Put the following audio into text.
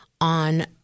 on